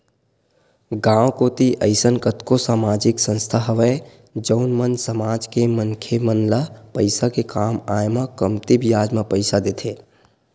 गाँव कोती अइसन कतको समाजिक संस्था हवय जउन मन समाज के मनखे मन ल पइसा के काम आय म कमती बियाज म पइसा देथे